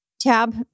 tab